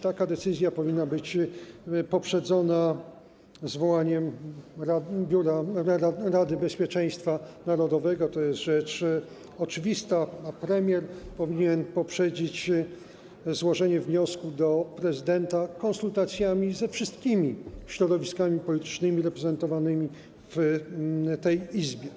Taka decyzja powinna być poprzedzona zwołaniem posiedzenia Rady Bezpieczeństwa Narodowego - to jest rzecz oczywista - a premier powinien poprzedzić złożenie wniosku do prezydenta konsultacjami ze wszystkimi środowiskami politycznymi reprezentowanymi w tej Izbie.